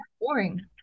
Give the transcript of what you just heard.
boring